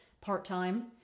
part-time